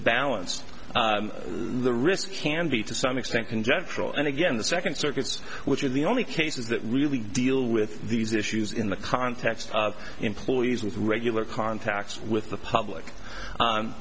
balance the risk can be to some extent conjectural and again the second circuits which are the only cases that really deal with these issues in the context of employees with regular contacts with the public